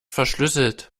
verschlüsselt